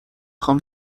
خوام